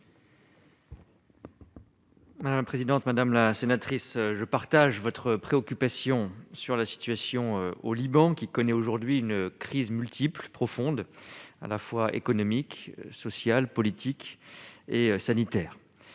La présidente, madame la sénatrice, je partage votre préoccupation sur la situation au Liban qui connaît aujourd'hui une crise multiple profonde à la fois économique, social, politique et sanitaire